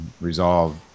resolve